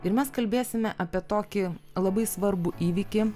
ir mes kalbėsime apie tokį labai svarbų įvykį